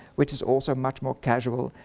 which is also much more casual,